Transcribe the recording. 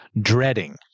dreading